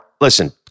listen